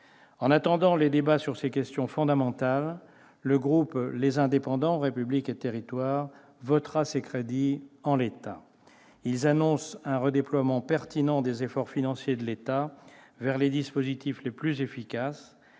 En attendant les débats sur ces questions fondamentales, le groupe Les Indépendants- République et Territoires votera ces crédits en l'état. Ils annoncent un redéploiement pertinent des efforts financiers de l'État vers les dispositifs les plus efficaces